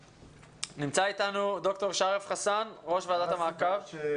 נמצא איתנו ד"ר שרף חסאן, ראש ועדת המעקב.